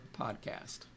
podcast